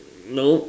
nope